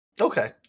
Okay